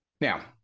Now